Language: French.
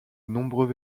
nombreux